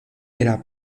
era